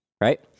right